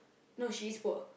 no she is poor